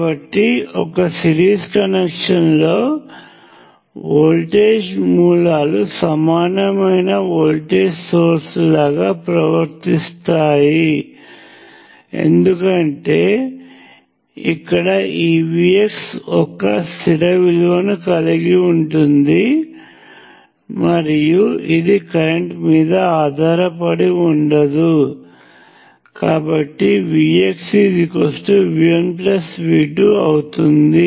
కాబట్టి ఒక series connection లో వోల్టేజ్ మూలాలు సమానమైన వోల్టేజ్ సోర్స్ లాగా ప్రవర్తిస్తాయి ఎందుకంటే ఇక్కడ ఈ VX ఒక స్థిర విలువను కలిగి ఉంది మరియు ఇది కరెంట్ మీద ఆధారపడి ఉండదు కాబట్టి VX V1V2 అవుతుంది